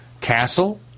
Castle